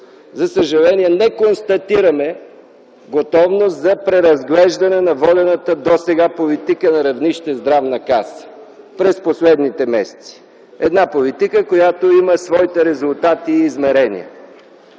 За съжаление не констатираме готовност за преразглеждане на водената досега политика на равнище Здравна каса през последните месеци – една политика, която има своите резултати и измерения.